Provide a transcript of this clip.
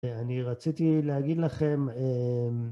אני רציתי להגיד לכם...